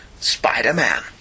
Spider-Man